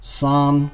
Psalm